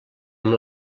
amb